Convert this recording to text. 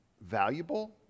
valuable